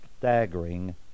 staggering